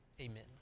Amen